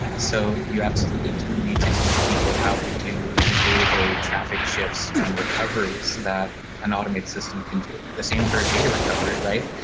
so you absolutely do need to teach people how to do the day-to-day traffic shifts and recoveries that an automated system can do. the same for a data recovery, right?